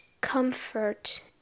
comfort